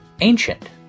Ancient